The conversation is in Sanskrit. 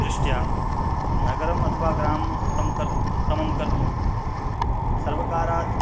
दृष्ट्या नगरम् अथवा ग्रामम् उत्तमं कर् उत्तमं कर्तुं सर्वकारात्